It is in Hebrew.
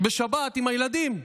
בשבת עם הילדים,